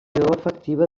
efectiva